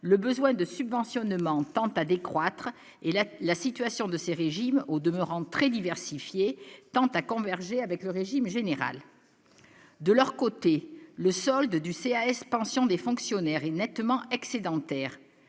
le besoin de subventionnement tend à décroître et là, la situation de ces régimes au demeurant très diversifiée tant à converger avec le régime général, de leur côté le solde du C. A. S. pensions des fonctionnaires est nettement excédentaire,